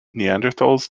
neanderthals